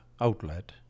outlet